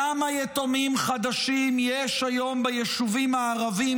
כמה יתומים חדשים יש היום ביישובים הערביים